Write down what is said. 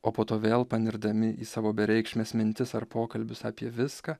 o po to vėl panirdami į savo bereikšmes mintis ar pokalbius apie viską